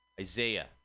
Isaiah